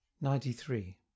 Ninety-three